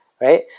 right